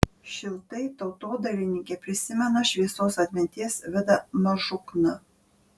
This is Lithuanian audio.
šiltai tautodailininkė prisimena šviesios atminties vidą mažukną